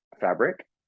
fabric